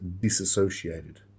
disassociated